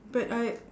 but I